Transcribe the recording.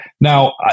now